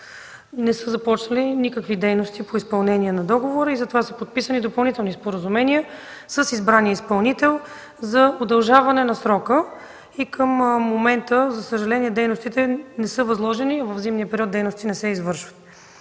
не са започнали никакви дейности по изпълнение на договора и затова са подписани допълнителни споразумения с избран изпълнител за удължаване на срока. Към момента дейностите не са възложени. В зимния период дейности не се извършват.